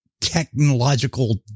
technological